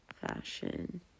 Fashion